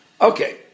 Okay